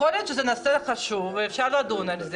יכול להיות שזה נושא חשוב ואפשר לדון בו,